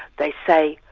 they say,